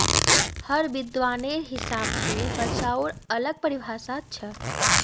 हर विद्वानेर हिसाब स बचाउर अलग परिभाषा छोक